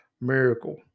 miracle